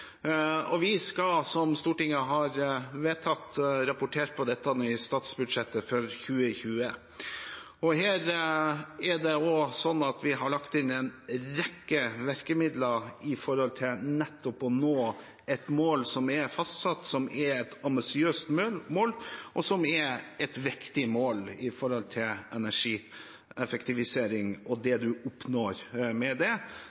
2020. Vi har også lagt inn en rekke virkemidler for nettopp å nå det målet som er fastsatt, som er et ambisiøst mål, og som er et viktig mål for energieffektivisering og det man oppnår med det,